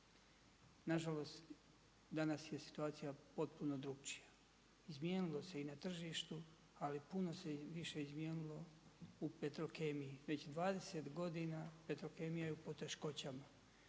Nažalost, danas je situacija potpuno drukčija. Izmijenilo se i na tržištu ali se puno više izmijenilo u Petrokemiji, već 20 godina Petrokemija je u poteškoćama.